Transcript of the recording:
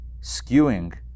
skewing